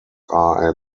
are